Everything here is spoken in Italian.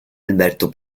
alberto